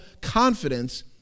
confidence